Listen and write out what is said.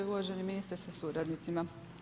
Uvaženi ministre sa suradnicima.